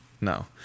No